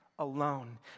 alone